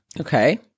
Okay